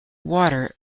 water